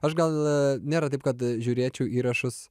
aš gal nėra taip kad žiūrėčiau įrašus